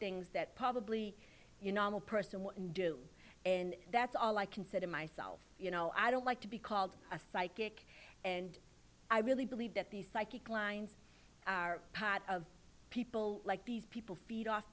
things that probably you normal person would do and that's all i consider myself you know i don't like to be called a psychic and i really believe that these psychic lines are part of people like these people feed off